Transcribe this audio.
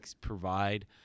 provide